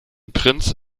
prinz